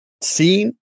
seen